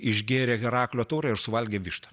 išgėrė heraklio taurę ir suvalgė vištą